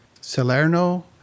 Salerno